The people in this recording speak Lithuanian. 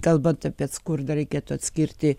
kalbant apie skurdą reikėtų atskirti